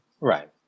Right